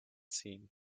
seen